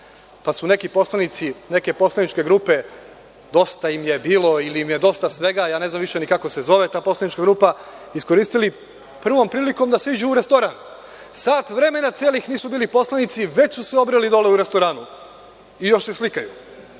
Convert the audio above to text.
pa su neki poslanici neke poslaničke grupe Dosta im je bilo ili im je dosta svega, ja ne znam više ni kako se zove ta poslanička grupa, iskoristili prvom prilikom da siđu u restoran. Sat vremena celih nisu bili poslanici, a već su se obreli dole u restoranu i još se slikaju,